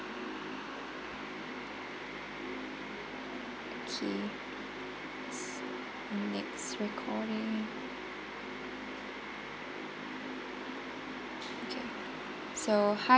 okay s~ next recording okay so hi